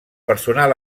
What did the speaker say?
personal